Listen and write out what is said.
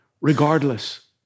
Regardless